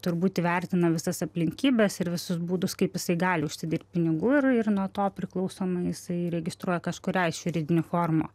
turbūt įvertina visas aplinkybes ir visus būdus kaip jisai gali užsidirbt pinigų ir nuo to priklausomai jisai registruoja kažkurią iš juridinių formų